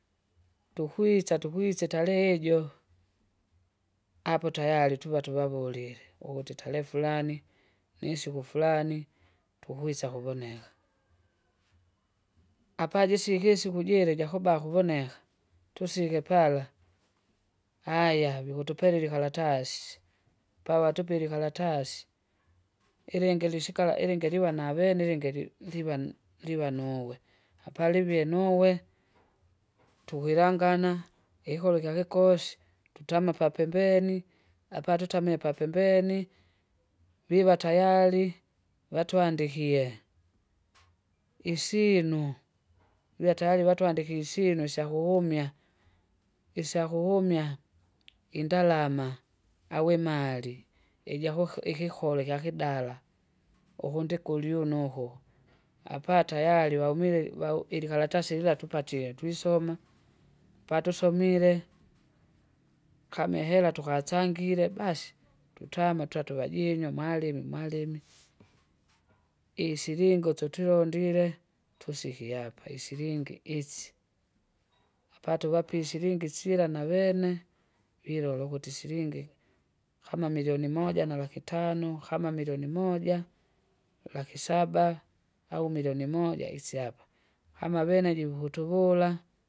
Tukwisa tukwisa itarehe ijo, apo tayari tuva tuvavulile ukuti itarehe furani, nisiku furani tukwisa kuvoneka. Apajisikisye isiku jira jakuba kuvoneka, tusike pala, aya vikutupelile karatasi, pavatupile ikaratasi ilingi lisikala ilingi liwa navene ilingi li- livanu- livanuwe, apalivie nuwe, tukilangana, ikikolo kyakikosi, tutama papembeni apatutamie papembeni, viva tayari, vatwandikie, isyinu, viva tayrari vatwandi ikisinu isyakuwumya, isyakumya indalama, awe mali, ijakuki- ikikole kyakidala ukundi kolie unuko, apatayari waumire wau- ilikaratasi lila tupatie twisoma apatusomile, kama ihela tukasangire basi tutama twatuvajinyo malimi malimi, isilinga uso tulondile, tusiki apa isilingi isi. Apatuvape ishiringi sila navene vilola ukuti isilingi, kama milioni moja na laki tano, kama milioni moja, lakisaba, au milioni moja isyapa, kama avene jikukutuvula.